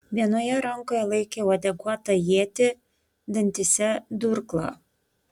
vienoje rankoje laikė uodeguotą ietį dantyse durklą